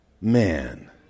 man